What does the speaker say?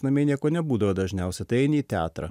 namie nieko nebūdavo dažniausiai tai eini į teatrą